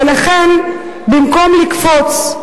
ולכן, במקום לקפוץ,